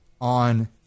on